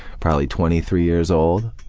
probably twenty three years old,